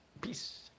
Peace